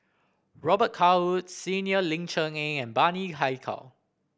Robet Carr Woods Senior Ling Cher Eng and Bani Haykal